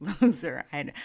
loser